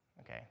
Okay